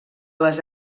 les